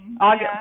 August